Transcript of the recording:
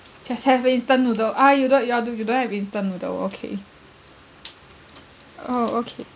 just have instant noodle ah you don't you are do you don't have instant noodle okay oh okay